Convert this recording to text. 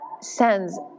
sends